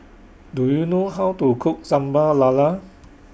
Do YOU know How to Cook Sambal Lala